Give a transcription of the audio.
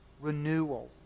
renewal